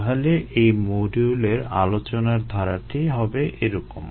তাহলে এই মডিউলের আলোচনার ধারাটি হবে এরকম